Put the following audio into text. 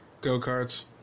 Go-karts